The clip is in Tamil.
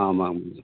ஆமாங்க